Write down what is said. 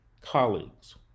colleagues